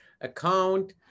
account